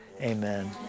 Amen